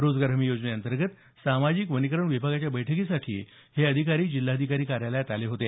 रोजगार हमी योजने अंतर्गत सामाजिक वनीकरण विभागाच्या बैठकीसाठी हे अधिकारी जिल्हाधिकारी कार्यालयात आले होते